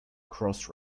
cross